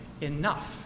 enough